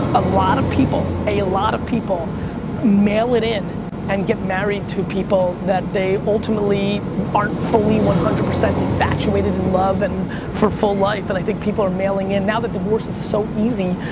a lot of people, a lot of people mail it in and get married to people that they ultimately aren't fully one hundred percent infatuated, in love, and for full life, and i think people are mailing in. now that divorce is so easy,